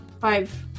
Five